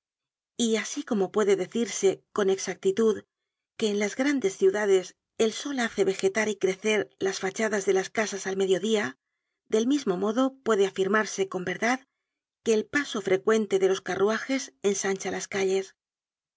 y asi como puede decirse con exactitud que en las grandes ciudades el sol hace vegetar y crecer las fachadas de las casas al mediodia del mismo modo puede afirmarse con verdad que el paso frecuente de los carruajes ensancha las calles